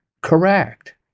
correct